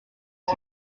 que